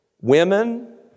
women